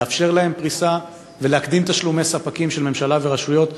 לאפשר להם פריסה ולהקדים תשלומי ספקים של הממשלה והרשויות.